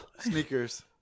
Sneakers